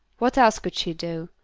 what else could she do?